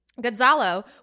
Gonzalo